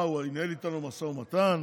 מה, הוא ינהל איתנו משא ומתן?